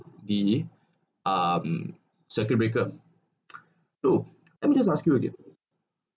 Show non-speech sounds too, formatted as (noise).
the um circuit breaker (noise) so let me just ask you again